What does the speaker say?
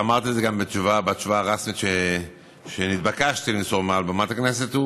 ואמרתי את זה גם בתשובה הרשמית שהתבקשתי למסור מעל במת הכנסת,